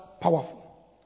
powerful